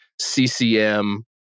ccm